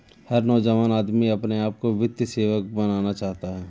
हर नौजवान आदमी अपने आप को वित्तीय सेवक बनाना चाहता है